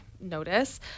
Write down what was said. notice